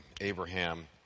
Abraham